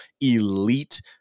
elite